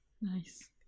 Nice